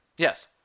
Yes